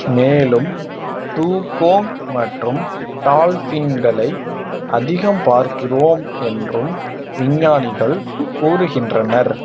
மேலும் டுகோங் மற்றும் டால்ஃபின்களை அதிகம் பார்க்கிறோம் என்றும் விஞ்ஞானிகள் கூறுகின்றனர்